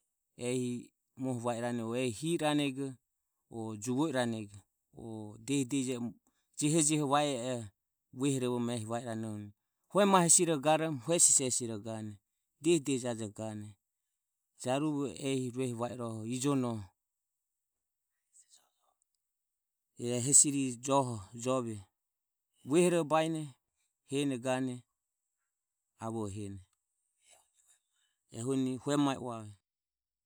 Ehi muoho va iranego o hi iranego o juvo iranego diehi diehi jehojeho va ie oho vuehorovoromo ehi va iranego hue mae hesiroho garomo hue sise hesiroho gane hue vaveaeni hesiroho gane bovie bise o hesiroho gane jaruvo ehi ruehi va i rohoho gane e hesirire vuehore baene gane hene avoho hine. Ehuni hue mae uave.